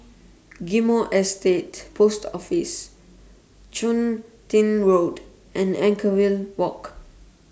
Ghim Moh Estate Post Office Chun Tin Road and Anchorvale Walk